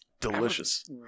delicious